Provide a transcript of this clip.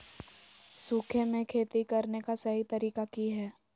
सूखे में खेती करने का सही तरीका की हैय?